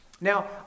Now